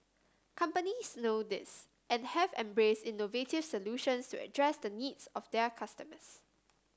companies know this and have embraced innovative solutions to address the needs of their customers